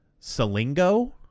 Salingo